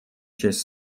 часть